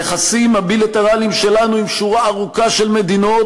היחסים הבילטרליים שלנו עם שורה של מדינות